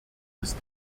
ist